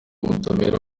ubutabera